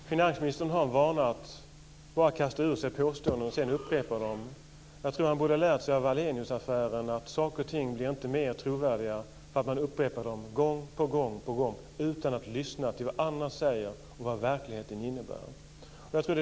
Fru talman! Finansministern har en vana att bara kasta ur sig påståenden och sedan upprepa dem. Jag tycker att han borde ha lärt sig av Ahleniusaffären att saker och ting inte blir mer trovärdiga bara för att man upprepar dem gång på gång utan att lyssna på vad andra säger och vad verkligheten innebär.